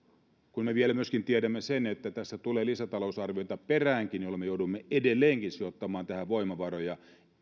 kun me tiedämme myöskin sen että tässä tulee lisätalousarvioita peräänkin jolloin me joudumme edelleenkin sijoittamaan tähän voimavaroja